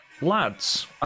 lads